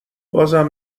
بازم